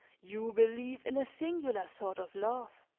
you believe in a singular sort of love